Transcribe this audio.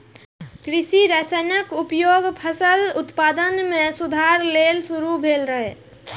कृषि रसायनक उपयोग फसल उत्पादन मे सुधार लेल शुरू भेल रहै